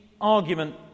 argument